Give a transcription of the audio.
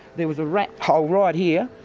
there was a rat hole right here.